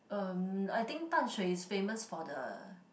um I think Dan-Shui is famous for the